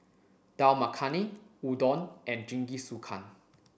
Dal Makhani Udon and Jingisukan